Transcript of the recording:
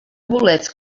bolets